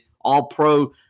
all-pro